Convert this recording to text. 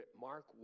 Mark